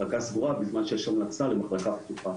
מחלקה סגורה בזמן שיש המלצה למחלקה לפתוחה.